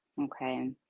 okay